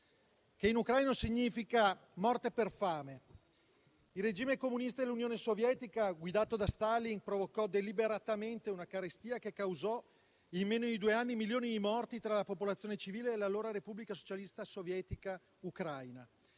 che in ucraino significa "morte per fame". Il regime comunista dell'Unione Sovietica guidata da Stalin provocò deliberatamente una carestia che in meno di due anni causò milioni di morti tra la popolazione civile dell'allora Repubblica Socialista Sovietica Ucraina.